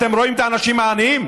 אתם רואים את האנשים העניים?